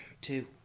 Two